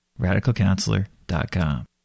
RadicalCounselor.com